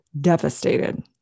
devastated